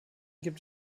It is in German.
gibt